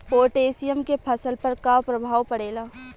Potassium के फसल पर का प्रभाव पड़ेला?